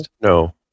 No